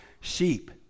sheep